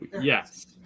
Yes